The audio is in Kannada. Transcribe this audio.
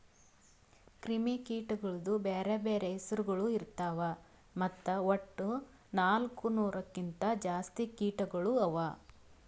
ಕ್ರಿಮಿ ಕೀಟಗೊಳ್ದು ಬ್ಯಾರೆ ಬ್ಯಾರೆ ಹೆಸುರಗೊಳ್ ಇರ್ತಾವ್ ಮತ್ತ ವಟ್ಟ ನಾಲ್ಕು ನೂರು ಕಿಂತ್ ಜಾಸ್ತಿ ಕೀಟಗೊಳ್ ಅವಾ